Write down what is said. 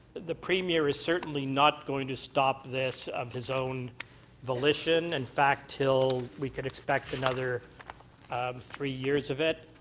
the premiere is certainly not going to stop this of his own volition in and fact, until we could expect another three years of it.